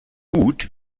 gut